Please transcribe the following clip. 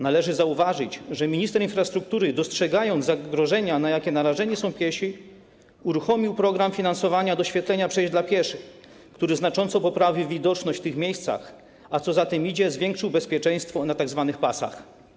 Należy zauważyć, że minister infrastruktury, dostrzegając zagrożenia, na jakie narażeni są piesi, uruchomił program finansowania doświetlenia przejść dla pieszych, który znacząco poprawił widoczność w tych miejscach, a co za tym idzie - zwiększył bezpieczeństwo na tzw. pasach.